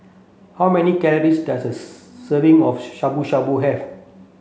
how many calories does a serving of Shabu Shabu have